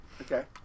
Okay